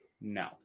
no